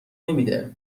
نمیده